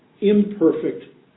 imperfect